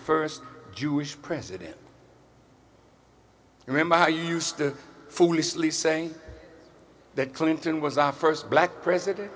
first jewish president you remember how you used to foolishly say that clinton was our first black president